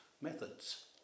methods